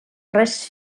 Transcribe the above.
res